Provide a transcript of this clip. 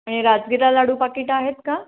आणि राजगिरा लाडू पाकिटं आहेत का